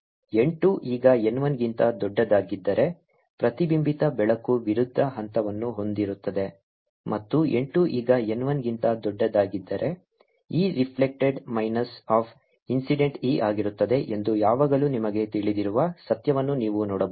Ereflected v2 v1v2v1Eincidentn1 n2n1n2 Eincident n 2 ಈಗ n 1 ಗಿಂತ ದೊಡ್ಡದಾಗಿದ್ದರೆ ಪ್ರತಿಬಿಂಬಿತ ಬೆಳಕು ವಿರುದ್ಧ ಹಂತವನ್ನು ಹೊಂದಿರುತ್ತದೆ ಮತ್ತು n 2 ಈಗ n 1 ಗಿಂತ ದೊಡ್ಡದಾಗಿದ್ದರೆ E reflected minus of incident E ಆಗಿರುತ್ತದೆ ಎಂದು ಯಾವಾಗಲೂ ನಿಮಗೆ ತಿಳಿದಿರುವ ಸತ್ಯವನ್ನು ನೀವು ನೋಡಬಹುದು